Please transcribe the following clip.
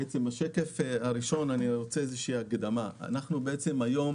השקף הראשון במצגת אני רוצה לומר הקדמה: היום